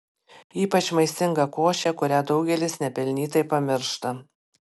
ypač maistinga košė kurią daugelis nepelnytai pamiršta